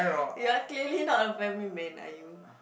you are clearly not a family man are you